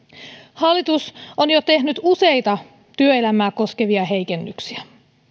hallitus on jo tehnyt useita työelämää koskevia heikennyksiä